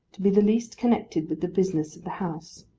to be the least connected with the business of the house.